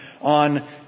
on